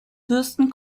fürsten